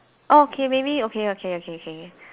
orh K maybe okay okay okay okay